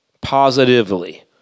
positively